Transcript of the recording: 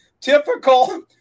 typical